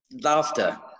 laughter